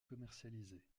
commercialisée